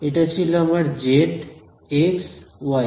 এটা ছিল আমার জেড এক্স ওয়াই